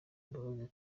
imbabazi